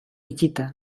itxita